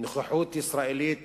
נוכחות ישראלית